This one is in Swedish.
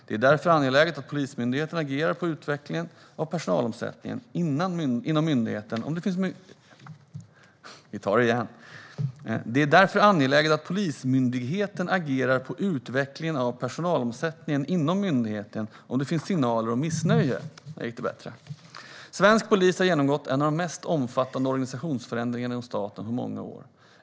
Det är därför angeläget att Polismyndigheten agerar på utvecklingen av personalomsättningen inom myndigheten om det finns signaler om missnöje. Svensk polis har genomgått en av de mest omfattande organisationsförändringarna inom staten på många år.